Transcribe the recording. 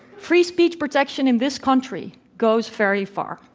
free speech protection in this country goes very far.